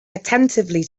attentively